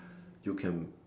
you can